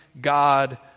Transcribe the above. God